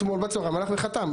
אתמול בצוהריים הלך וחתם.